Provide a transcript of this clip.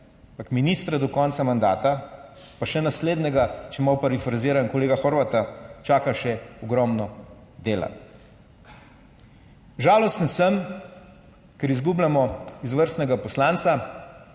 ministra do konca mandata, pa še naslednjega, če malo parafraziram kolega Horvata, čaka še ogromno dela. Žalosten sem, ker izgubljamo izvrstnega poslanca,